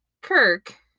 Kirk